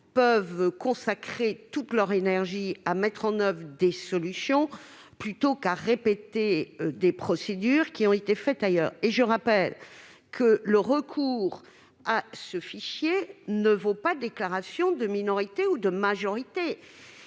pourraient consacrer leur énergie à mettre en oeuvre des solutions plutôt qu'à répéter des procédures faites ailleurs. Rappelons aussi que le recours à ce fichier ne vaut pas déclaration de minorité ou de majorité.